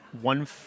one